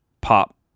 pop